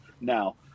now